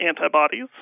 antibodies